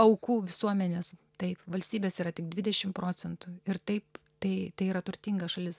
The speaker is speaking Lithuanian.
aukų visuomenės taip valstybės yra tik dvidešimt procentų ir taip tai tai yra turtinga šalis